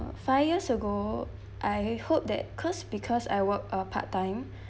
five years ago I hope that cause because I work uh part time